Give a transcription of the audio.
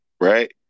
right